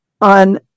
on